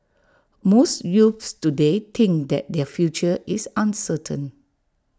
most youths today think that their future is uncertain